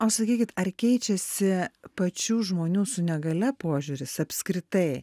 o sakykit ar keičiasi pačių žmonių su negalia požiūris apskritai